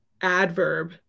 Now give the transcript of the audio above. Adverb